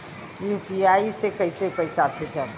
UPI से कईसे पैसा भेजब?